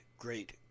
great